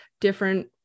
different